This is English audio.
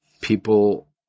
People